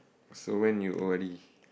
so when you O_R_D